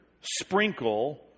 sprinkle